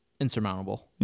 Insurmountable